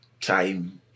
time